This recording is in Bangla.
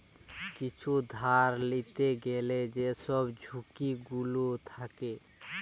কিছু ধার লিতে গ্যালে যেসব ঝুঁকি গুলো থাকে